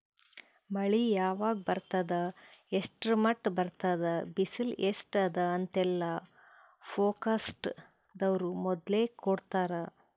ಮಳಿ ಯಾವಾಗ್ ಬರ್ತದ್ ಎಷ್ಟ್ರ್ ಮಟ್ಟ್ ಬರ್ತದ್ ಬಿಸಿಲ್ ಎಸ್ಟ್ ಅದಾ ಅಂತೆಲ್ಲಾ ಫೋರ್ಕಾಸ್ಟ್ ದವ್ರು ಮೊದ್ಲೇ ಕೊಡ್ತಾರ್